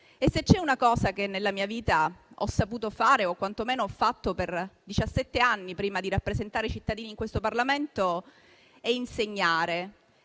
e, se c'è una cosa che nella mia vita ho saputo fare o quantomeno ho fatto per diciassette anni prima di rappresentare i cittadini in questo Parlamento, è insegnare.